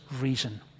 reason